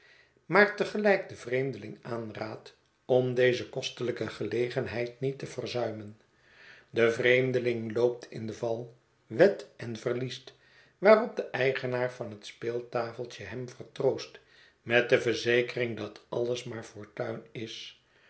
maar te gelijk den vreemdeling aanraadt om deze kostelijke gelegenheid niet te verzuimen de vreemdeling loopt in de val wedt en verliest waarop de eigenaar van het speeltafeltje hem vertroost met de verzekering dat alles maar fortuin is